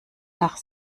nach